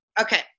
Okay